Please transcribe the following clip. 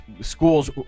Schools